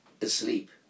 asleep